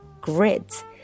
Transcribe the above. grids